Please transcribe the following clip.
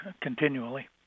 continually